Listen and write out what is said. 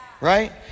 right